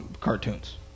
cartoons